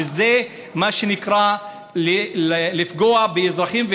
וזה מה שנקרא לפגוע באזרחים,